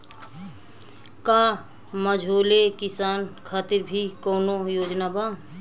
का मझोले किसान खातिर भी कौनो योजना बा?